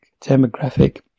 demographic